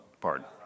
Pardon